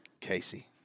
Casey